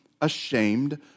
ashamed